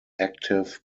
active